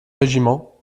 régiments